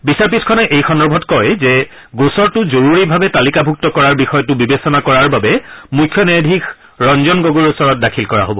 বিচাৰপীঠখনে এই সন্দৰ্ভত কয় যে গোচৰটো জৰুৰীভাৱে তালিকাভুক্ত কৰাৰ বিষয়টো বিবেচনা কৰাৰ বাবে মুখ্য ন্যায়াধীশ ৰঞ্জন গগৈৰ ওচৰত দাখিল কৰা হ'ব